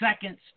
seconds